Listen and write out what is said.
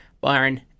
Byron